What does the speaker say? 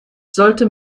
sollte